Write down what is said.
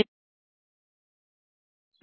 15 hertz